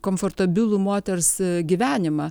komfortabilų moters gyvenimą